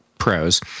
pros